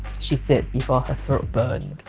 she said before has throat burn.